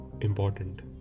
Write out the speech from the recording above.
important